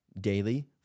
daily